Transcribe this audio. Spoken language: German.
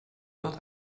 dort